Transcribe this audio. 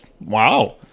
Wow